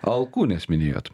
alkūnes minėjot